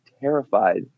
terrified